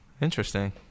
interesting